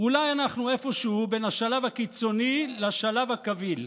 אולי אנחנו איפשהו בין השלב הקיצוני לשלב הקביל.